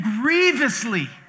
grievously